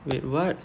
wait what